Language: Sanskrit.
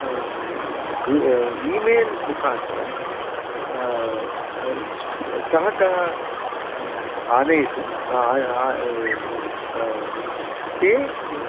ईमेल् मुखान्तरं कः कः आनयितुं ते